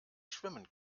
schwimmen